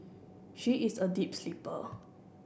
she is a deep sleeper